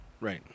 Right